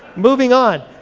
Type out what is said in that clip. moving on.